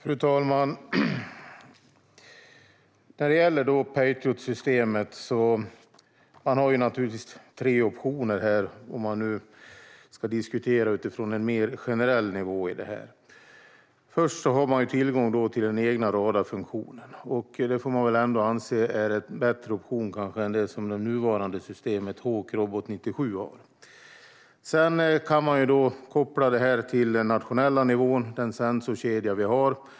Fru talman! När det gäller Patriotsystemet har man tre optioner, om vi nu ska diskutera utifrån en mer generell nivå. Först har man tillgång till den egna radarfunktionen. Det får väl ändå anses vara en bättre option än det nuvarande systemet Hawk Robot 97 har. Sedan kan man koppla det till den nationella nivån och den sensorkedja vi har.